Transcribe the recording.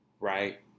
right